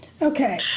Okay